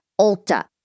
Ulta